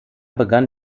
begann